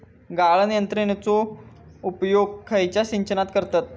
गाळण यंत्रनेचो उपयोग खयच्या सिंचनात करतत?